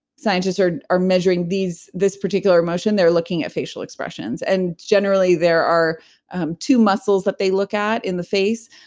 scientists are are measuring this particular emotion, they're looking at facial expressions. and generally there are two muscles that they look at in the face.